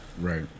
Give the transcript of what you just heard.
Right